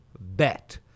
bet